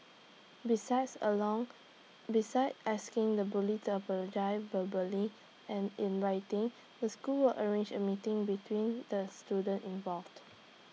besides along besides asking the bully to apologise verbally and in writing the school will arrange A meeting between the students involved